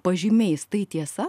pažymiais tai tiesa